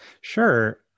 Sure